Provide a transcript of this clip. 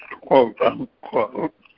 quote-unquote